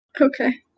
Okay